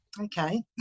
okay